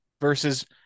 versus